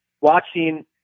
watching